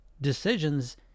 decisions